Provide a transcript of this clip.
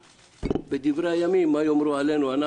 מה יאמרו עלינו בדברי הימים?